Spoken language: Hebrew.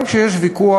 גם כשיש ויכוח,